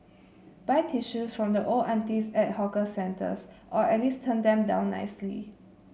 buy tissues from the old aunties at hawker centres or at least turn them down nicely